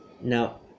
Now